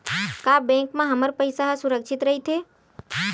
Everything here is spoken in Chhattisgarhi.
का बैंक म हमर पईसा ह सुरक्षित राइथे?